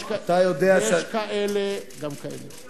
יש כאלה, גם כאלה.